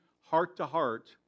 heart-to-heart